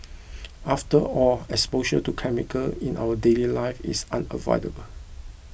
after all exposure to chemicals in our daily life is unavoidable